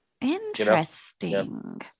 Interesting